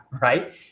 right